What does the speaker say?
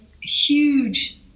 huge